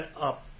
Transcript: up